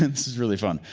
this is really fun,